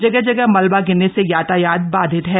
जगह जगह मलवा गिरने से यातायात बाधित है